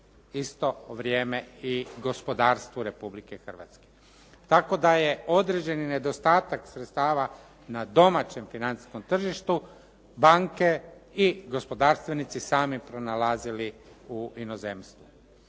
isto vrijeme i gospodarstvu Republike Hrvatske. Tako da je određeni nedostatak sredstava na domaćem financijskom tržištu banke i gospodarstvenici sami pronalazili u inozemstvu.